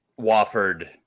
Wofford